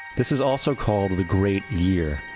this is also called the great year,